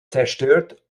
zerstört